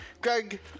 greg